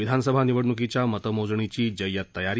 विधानसभा निवडण्कीच्या मतमोजणीची जय्यत तयारी